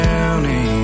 County